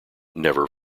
never